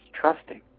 trusting